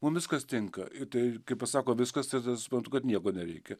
mum viskas tinka ir tai kai pasako viskas tada suprantu kad nieko nereikia